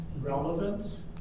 relevance